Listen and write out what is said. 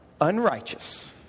unrighteous